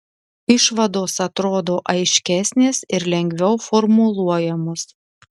išvados atrodo aiškesnės ir lengviau formuluojamos